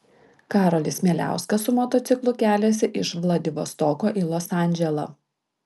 karolis mieliauskas su motociklu keliasi iš vladivostoko į los andželą